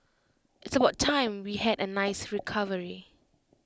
it's about time we had A nice recovery